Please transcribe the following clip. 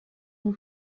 who